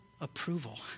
approval